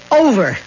over